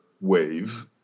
wave